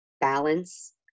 balance